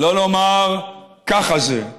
לא לומר: ככה זה,